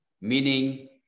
meaning